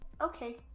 Okay